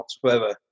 whatsoever